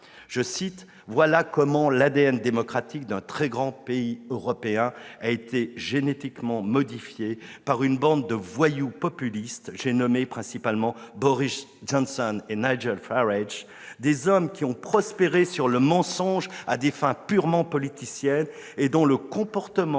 :« Voilà comment l'ADN démocratique d'un très grand pays européen a été génétiquement modifié par une bande de voyous populistes, j'ai nommé principalement Boris Johnson et Nigel Farage, des hommes qui ont prospéré sur le mensonge à des fins purement politiciennes, et dont le comportement,